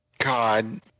God